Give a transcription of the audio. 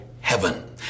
heaven